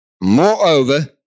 Moreover